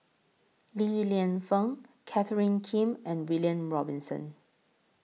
Li Lienfung Catherine Kim and William Robinson